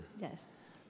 Yes